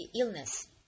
illness